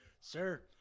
Sir